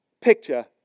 picture